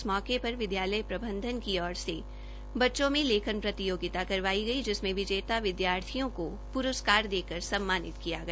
इस मौके पर विदयालय प्रबंधन की ओर से बच्चों में लेखन प्रतियोगिता करवाई गई जिसमे विजेता विद्यार्थियों को प्रस्कार देकर सम्मानित किया गया